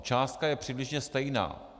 Částka je přibližně stejná.